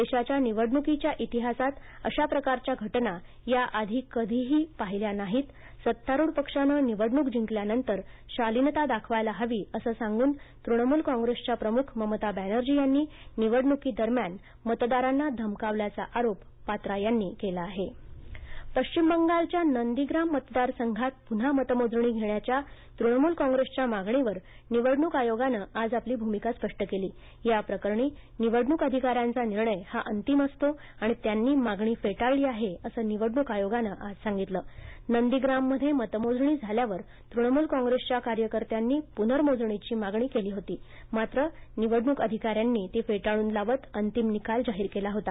देशाच्या निवडणुकीच्या इतिहासात अशा प्रकारच्या घटना याआधी कधीही पहिल्या नाहीत सत्तारूढ पक्षानं निवडणूक जिंकल्यानंतर शालीनता दाखवायला हवी असं सांगून तृणमूल कॉ ग्रेसच्या प्रमुख ममता बनर्जी यांनी निवडणुकीदरम्यान मतदारांना धमकावल्याचा आरोप पात्रा यांनी केला नंदीग्राम पश्चिम बंगालच्या नंदीग्राम मतदारसंघात पुन्हा मतमोजणी घेण्याच्या तृणमूल कॉंग्रेसच्या माणीवर निवडणूक आयोगानं आज आपली भूमिका स्पष्ट केली या प्रकरणी निवडणूक अधिकाऱ्यांचा निर्णय हा अंतिम असतो आणि त्यांनी ही मागणी फेटाळली आहे असं निवडणूक आयोगानं आज सांगितलं नंदीग्राममध्ये मतमोजणी झाल्यावर तृणमूल कॉंग्रेसच्या कार्यकर्त्यांनी पुनर्मोजणीची मागणीकेली होती मात्र निवडणूक अधिकाऱ्यांनी ती फेटाळून लावत अंतिम निकाल जाहीर केला होता